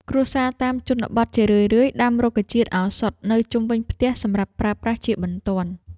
គ្រួសារតាមជនបទជារឿយៗដាំរុក្ខជាតិឱសថនៅជុំវិញផ្ទះសម្រាប់ប្រើប្រាស់បន្ទាន់។